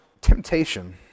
Temptation